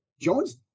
Jones